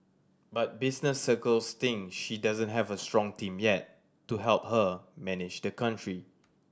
but business circles think she doesn't have a strong team yet to help her manage the country